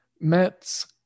Mets